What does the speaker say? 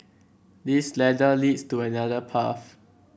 this ladder leads to another path